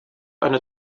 eine